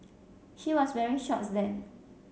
she was wearing shorts then